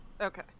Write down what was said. Okay